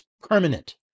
permanent